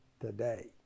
today